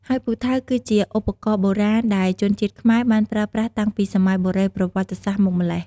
ហើយពូថៅ គឺជាឧបករណ៍បុរាណដែលជនជាតិខ្មែរបានប្រើប្រាស់តាំងពីសម័យបុរេប្រវត្តិសាស្ត្រមកម្ល៉េះ។